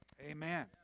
Amen